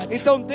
Então